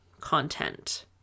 content